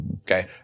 okay